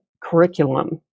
curriculum